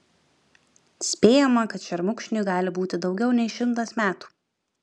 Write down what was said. spėjama kad šermukšniui gali būti daugiau nei šimtas metų